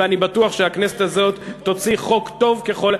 ואני בטוח שהכנסת הזאת תוציא חוק טוב ככל,